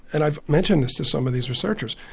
and i've mentioned this to some of these researchers,